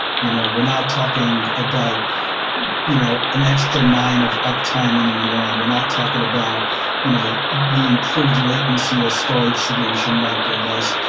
you know we're not talking about you know an extra nine of uptime anymore, and we're not talking about you know the improved latency a storage solution might give us.